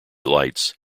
lights